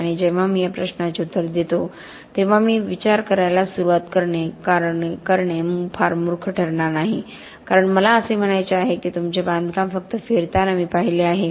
आणि जेव्हा मी या प्रश्नाचे उत्तर देतो तेव्हा मी विचार करायला सुरुवात करणे फार मूर्ख ठरणार नाही कारण मला असे म्हणायचे आहे की तुमचे बांधकाम फक्त फिरताना मी पाहिले आहे